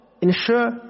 Ensure